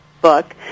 book